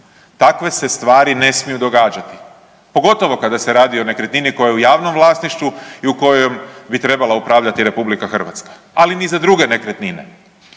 Takve se stvari ne smiju događati, pogotovo kada se radi o nekretnini koja je u javnom vlasništvu i u kojem bi trebala upravljati RH, ali ni za druge nekretnine.